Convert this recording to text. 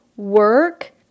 work